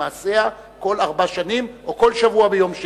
מעשיה כל ארבע שנים או כל שבוע ביום שני,